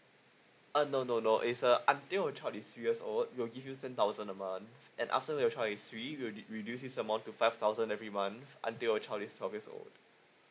uh no no no it's a until your child is three years old we will give you ten thousand a month and after your child is three we will re~ reduce this amount to five thousand every month until your child is twelve years old